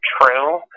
true